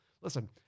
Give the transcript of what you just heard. Listen